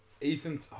Ethan